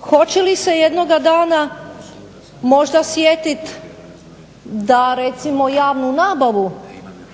Hoće li se jednoga dana možda sjetiti da recimo javnu nabavu